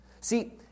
See